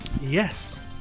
Yes